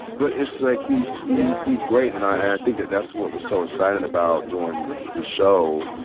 but it's, like he's yeah he's great. and i think that that's what was so exciting about doing the show,